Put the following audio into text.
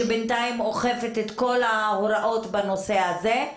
שבינתיים אוכפת את כל ההוראות בנושא הזה.